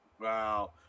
Wow